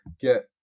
get